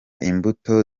imbuto